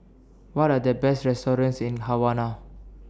What Are The Best restaurants in Havana